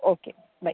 okay bye